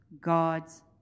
God's